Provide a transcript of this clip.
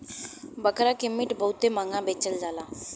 बकरा के मीट बहुते महंगा बेचल जाला